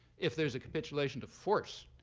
if there's a capitulation to force,